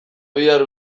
bihar